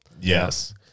Yes